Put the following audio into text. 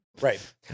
Right